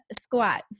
squats